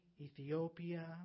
Ethiopia